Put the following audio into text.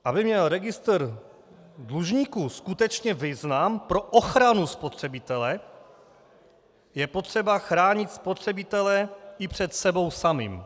Aby měl registr dlužníků skutečně význam pro ochranu spotřebitele, je potřeba chránit spotřebitele i před sebou samým.